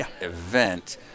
event